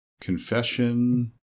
confession